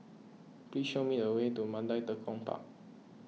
please show me the way to Mandai Tekong Park